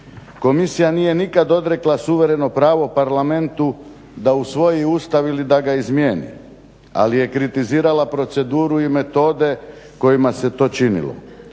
Komisija nije nikad odrekla suvereno pravo parlamentu da usvoji Ustav ili da ga izmijeni, ali je kritizirala proceduru i metode kojima se to činilo.